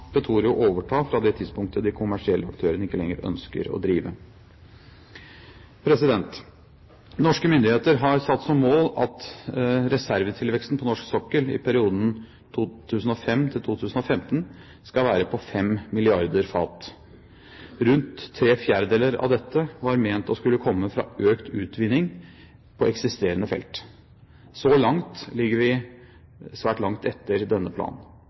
Petoro overta fra det tidspunktet de kommersielle aktørene ikke lenger ønsker å drive. Norske myndigheter har satt som mål at reservetilveksten på norsk sokkel i perioden 2005–2015 skal være på fem milliarder fat. Rundt tre fjerdedeler av dette var ment å skulle komme fra økt utvinning på eksisterende felt. Så langt ligger vi svært langt etter denne planen.